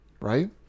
right